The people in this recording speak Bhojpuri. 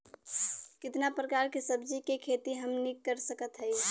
कितना प्रकार के सब्जी के खेती हमनी कर सकत हई?